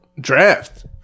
draft